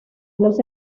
los